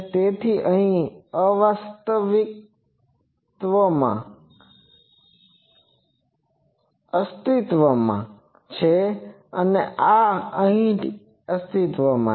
તેથી તે અહી અસ્તિત્વમાં છે અને આ અહી અસ્તિત્વમાં છે